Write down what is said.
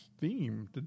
theme